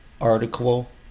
article